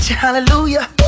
Hallelujah